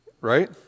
right